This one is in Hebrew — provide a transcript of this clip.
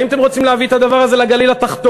האם אתם רוצים להביא את הדבר הזה לגליל התחתון?